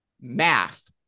Math